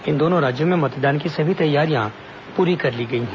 इन दोनों राज्यों में मतदान की सभी तैयारियां पूरी कर ली गई हैं